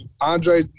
Andre